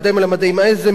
איזה מין סיבוב.